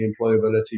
employability